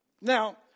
Now